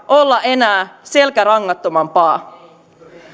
olla enää selkärangattomampaa